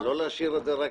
ולא להשאיר את זה רק